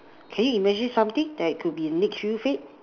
can you imagine something that would be next feel feed